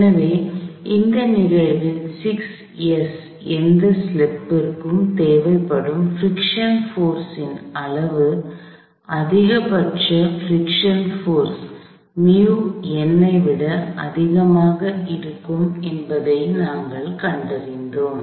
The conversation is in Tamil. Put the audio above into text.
எனவே இந்த நிகழ்வில் 6s எந்த ஸ்லிப்புக்கும் தேவைப்படும் பிரிக்க்ஷன் போர்ஸ் ன் அளவு அதிகபட்ச பிரிக்க்ஷன் போர்ஸ் ஐவிட அதிகமாக இருக்கும் என்பதை நாங்கள் கண்டறிந்தோம்